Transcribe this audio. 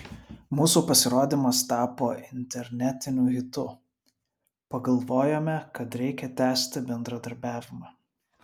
mūsų pasirodymas tapo internetiniu hitu pagalvojome kad reikia tęsti bendradarbiavimą